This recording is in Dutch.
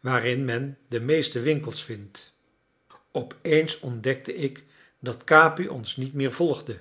waarin men de meeste winkels vindt opeens ontdekte ik dat capi ons niet meer volgde